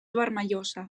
vermellosa